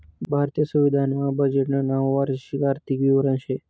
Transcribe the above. भारतीय संविधान मा बजेटनं नाव वार्षिक आर्थिक विवरण शे